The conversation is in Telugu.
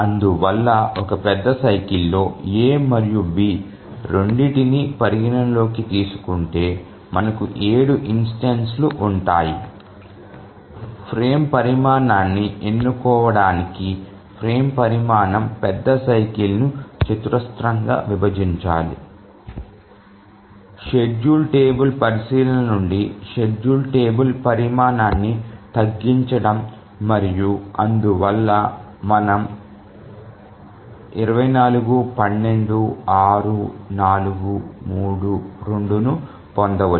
అందువల్ల ఒక పెద్ద సైకిల్ లో A మరియు B రెండింటినీ పరిగణనలోకి తీసుకుంటే మనకు 7 ఇన్స్టెన్సులు ఉంటాయి ఫ్రేమ్ పరిమాణాన్ని ఎన్నుకోవటానికి ఫ్రేమ్ పరిమాణం పెద్ద సైకిల్ ని చతురస్రంగా విభజించాలి షెడ్యూల్ టేబుల్ పరిశీలన నుండి షెడ్యూల్ టేబుల్ పరిమాణాన్ని తగ్గించడం మరియు అందువల్ల మనము 24 12 6 4 3 2 ను పొందవచ్చు